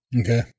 Okay